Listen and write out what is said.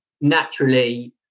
naturally